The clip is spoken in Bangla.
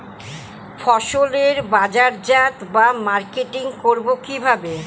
ফসলের বাজারজাত বা মার্কেটিং করব কিভাবে?